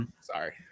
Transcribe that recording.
Sorry